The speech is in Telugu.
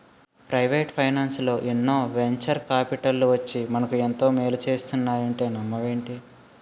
ప్రవేటు ఫైనాన్సల్లో ఎన్నో వెంచర్ కాపిటల్లు వచ్చి మనకు ఎంతో మేలు చేస్తున్నాయంటే నమ్మవేంటి?